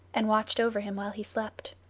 and watched over him while he slept.